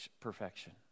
perfection